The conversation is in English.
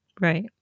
Right